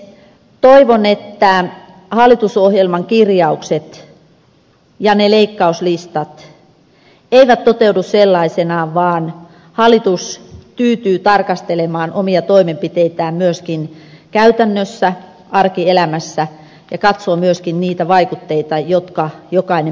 toivon että hallitusohjelman kirjaukset ja ne leikkauslistat eivät toteudu sellaisinaan vaan hallitus tyytyy tarkastelemaan omia toimenpiteitään myöskin käytännössä arkielämässä ja katsoo myöskin niitä vaikutteita jotka jokainen perhe kohtaa elämässään